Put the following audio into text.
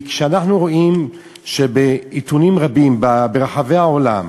אנחנו רואים בעיתונים שרבים ברחבי העולם